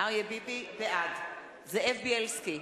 בעד זאב בילסקי,